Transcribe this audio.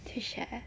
to share